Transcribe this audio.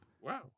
Wow